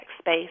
space